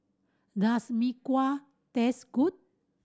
does Mee Kuah taste good